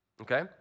okay